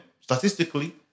Statistically